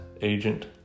Agent